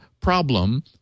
problem